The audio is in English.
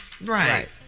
Right